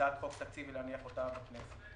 הצעת חוק תקציב, ולהניח אותה בכנסת.